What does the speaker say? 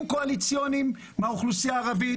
קואליציוניים מהאוכלוסייה הערבית.